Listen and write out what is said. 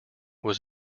was